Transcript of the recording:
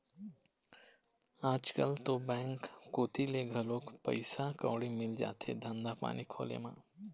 आजकल तो बेंक कोती ले घलोक पइसा कउड़ी मिल जाथे धंधा पानी खोले म